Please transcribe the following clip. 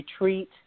retreat